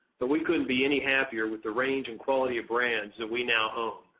but we couldn't be any happier with the range and quality of brands that we now own.